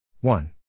one